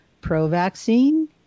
pro-vaccine